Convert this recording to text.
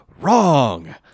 wrong